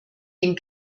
den